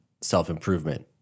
self-improvement